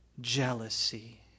jealousy